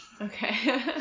Okay